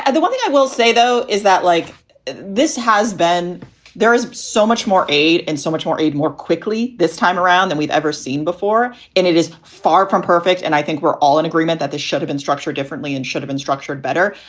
the one thing i will say, though, is that like this has been there is so much more aid and so much more aid more quickly this time around than we've ever seen before. and it is far from perfect. and i think we're all in agreement that this should've been structured differently and should've been structured better.